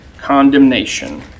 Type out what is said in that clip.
condemnation